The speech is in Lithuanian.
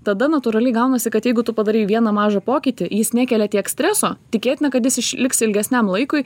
tada natūraliai gaunasi kad jeigu tu padarei vieną mažą pokytį jis nekelia tiek streso tikėtina kad jis išliks ilgesniam laikui